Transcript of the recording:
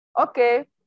Okay